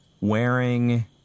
wearing